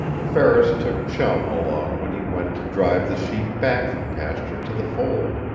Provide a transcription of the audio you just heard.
ferris took chum along when he went to drive the sheep back from pasture to the fold.